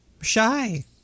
Shy